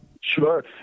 Sure